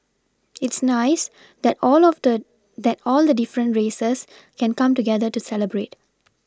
it's nice that all of the that all the different races can come together to celebrate